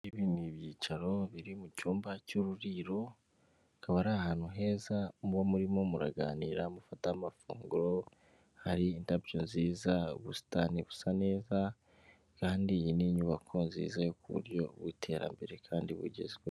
Ni ibyicaro biri mu cyumba cy'ururiro kaba ari ahantu heza uwo murimo muraganira mufate amafunguro hari indabyo nziza ubusitani busa neza kandi iyi ni inyubako nziza kuburyo bw'iterambere kandi bugezweho.